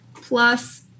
plus